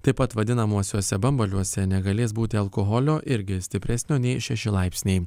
taip pat vadinamuosiuose bambaliuose negalės būti alkoholio irgi stipresnio nei šeši laipsniai